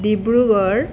Dibrugarh